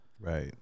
Right